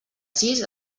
sis